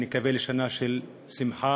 נקווה לשנה של שמחה,